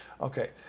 Okay